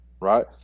Right